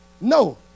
No